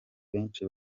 benshi